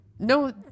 No